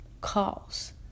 calls